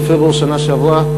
בפברואר שנה שעברה,